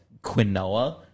quinoa